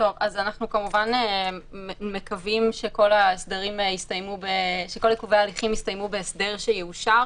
אנחנו כמובן מקווים שכל עיכובי ההליכים יסתיימו בהסדר שיאושר.